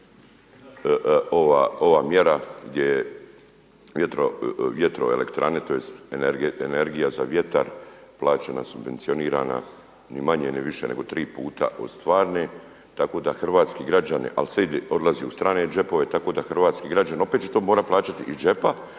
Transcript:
ova mjera gdje je vjetroelektrane, tj. energija za vjetar plaćena, subvencionirana ni manje ni više nego 3 puta od stvarne tako da hrvatski građani, ali sve ide, odlazi u strane džepove tako da hrvatski građanin opet će to morati plaćati iz džepa